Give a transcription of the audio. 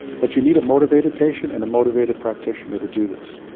but you need a motivated patient and a motivated practitioner to do this.